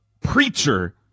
preacher